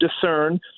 discern